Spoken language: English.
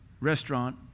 restaurant